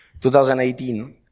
2018